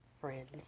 friends